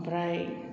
ओमफ्राय